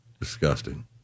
Disgusting